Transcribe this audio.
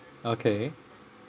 okay